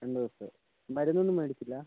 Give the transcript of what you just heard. രണ്ട് ദിവസമായി മരുന്ന് ഒന്നും മേടിച്ചില്ല